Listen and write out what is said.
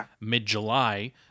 mid-July